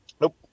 Nope